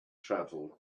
travel